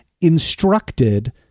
instructed